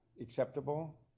acceptable